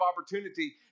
opportunity